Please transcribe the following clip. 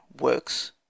Works